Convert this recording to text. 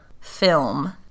film